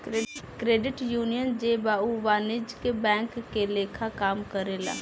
credit union जे बा उ वाणिज्यिक बैंक के लेखा काम करेला